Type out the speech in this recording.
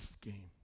game